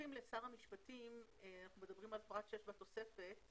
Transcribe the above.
בדיווחים לשר המשפטים אנחנו מדברים על פרט (6) בתוספת,